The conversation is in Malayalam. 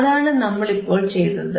അതാണ് നമ്മൾ ഇപ്പോൾ ചെയ്തത്